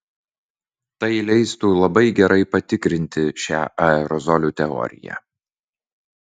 tai leistų labai gerai patikrinti šią aerozolių teoriją